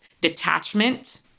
detachment